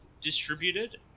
distributed